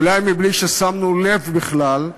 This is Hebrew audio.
אולי בלי ששמנו לב בכלל.